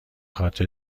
خاطر